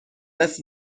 left